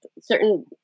certain